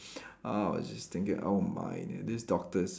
I was just thinking oh my these doctors